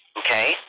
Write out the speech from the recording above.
okay